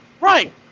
right